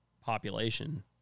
population